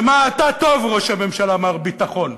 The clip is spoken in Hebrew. במה אתה טוב, ראש הממשלה, מר ביטחון?